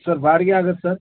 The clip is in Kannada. ಸರ್ ಬಾಡಿಗೆ ಆಗತ್ತೆ ಸರ್